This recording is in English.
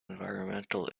environmental